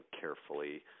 carefully